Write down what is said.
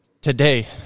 today